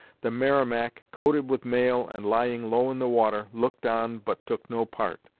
the merrimac, coated with mail and lying low in the water, looked on but took no part.